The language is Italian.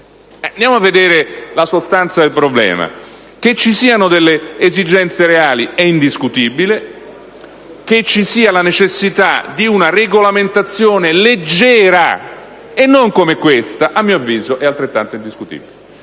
Andiamo a vedere la sostanza del problema. Che ci siano delle esigenze reali è indiscutibile. Che esista la necessità di una regolamentazione leggera e non come questa, a mio avviso è altrettanto indiscutibile.